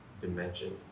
dimension